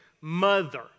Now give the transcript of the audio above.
mother